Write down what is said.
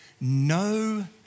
no